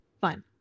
Fine